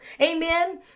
Amen